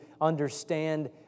understand